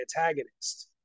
antagonist